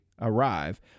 arrive